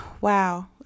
Wow